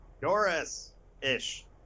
Doris-ish